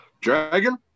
Dragon